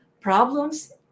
problems